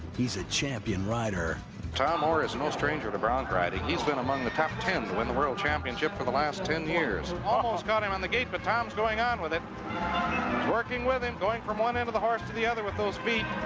he's a champion rider tom oar is no stranger to bronc riding. he's been among the top ten to win the world championship for the last ten years. almost caught him on the gate, but tom's going on with it. he's working with him, going from one end of the horse to the other with those feet,